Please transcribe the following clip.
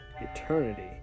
eternity